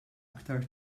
aktar